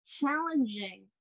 challenging